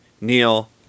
Neil